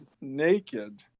naked